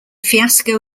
fiasco